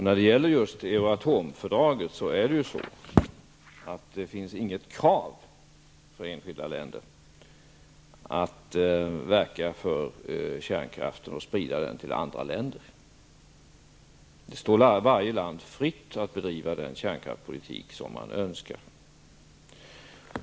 När det gäller just Euratomfördraget finns det inte där något krav på enskilda länder att verka för kärnkraften och sprida den till andra länder. Det står varje land fritt att bedriva den kärnkraftspolitik som man önskar.